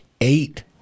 eight